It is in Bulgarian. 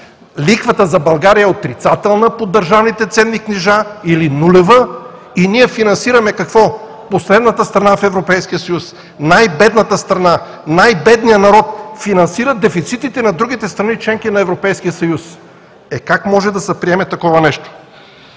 Лихвата за България е отрицателна по държавните ценни книжа или нулева. И ние финансираме – какво? Последната страна в Европейския съюз, най-бедната страна, най-бедният народ финансира дефицитите на другите страни – членки на Европейския съюз, е, как може да се приеме такова нещо?